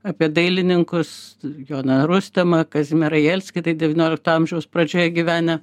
apie dailininkus joną rustemą kazimierą jelskį tai devyniolikto amžiaus pradžioje gyvenę